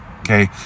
okay